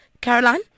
Caroline